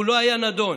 הוא לא היה נדון.